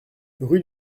rue